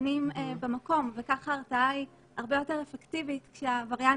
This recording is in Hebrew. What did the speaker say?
ניתנים במקום וכך ההרתעה היא הרבה יותר אפקטיבית כשהעבריין